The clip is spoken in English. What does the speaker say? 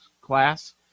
class